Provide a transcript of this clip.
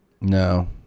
No